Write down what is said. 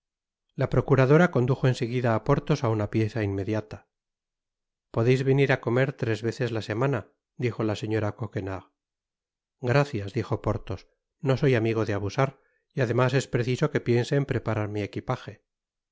la procuradora condujo en seguida á porthos á una pieza inmediata podreis venir á comer tres veces la semana dijo la señora coquenard gracias dijo porthos no soy amigo de abusar y además es preciso que piense en preparar mi equipage